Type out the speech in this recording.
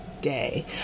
day